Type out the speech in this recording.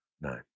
No